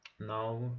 Now